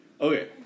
Okay